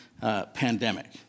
pandemic